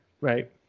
right